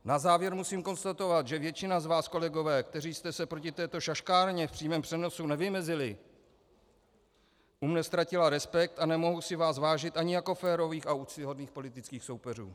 Na závěr musím konstatovat, že většina z vás, kolegové, kteří jste se proti této šaškárně v přímém přenosu nevymezili, u mne ztratila respekt a nemohu si vás vážit ani jako férových a úctyhodných politických soupeřů.